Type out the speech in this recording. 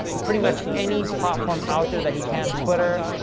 pretty much any platform out there that he can, twitter,